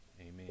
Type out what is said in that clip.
Amen